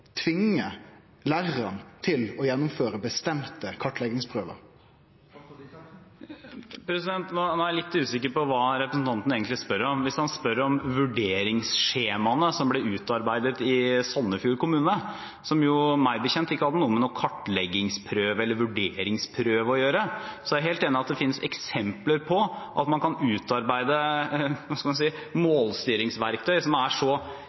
tvinge lærarane til å gjennomføre bestemte kartleggingsprøver? Nå er jeg litt usikker på hva representanten egentlig spør om. Hvis han spør om vurderingsskjemaene som ble utarbeidet i Sandefjord kommune, hadde de meg bekjent ikke noe med noen kartleggingsprøve eller vurderingsprøve å gjøre. Så er jeg helt enig i at det finnes eksempler på at man kan utarbeide målstyringsverktøy som er så